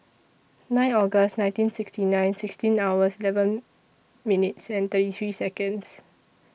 nine August nineteen sixty nine sixteen hours eleven minutes thirty three Seconds